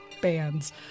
bands